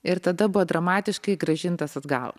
ir tada buvo dramatiškai grąžintas atgal